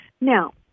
Now